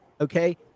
okay